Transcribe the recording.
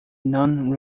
non